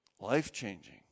Life-changing